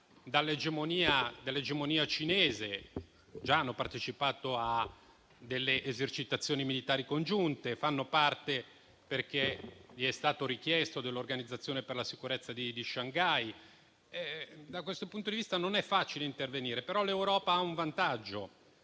dall'egemonia cinese. Hanno già partecipato a esercitazioni militari congiunte, fanno parte - perché gli è stato richiesto - dell'Organizzazione per la cooperazione di Shanghai e da questo punto di vista non è facile intervenire, però l'Europa ha il vantaggio